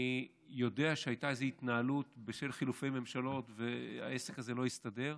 אני יודע שהייתה איזו התנהלות בשל חילופי ממשלות ושהעסק הזה לא הסתדר.